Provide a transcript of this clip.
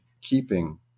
keeping